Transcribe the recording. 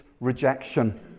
rejection